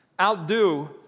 outdo